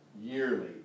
yearly